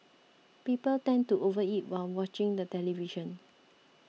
people tend to overeat while watching the television